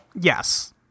Yes